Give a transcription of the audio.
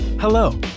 Hello